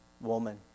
woman